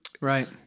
Right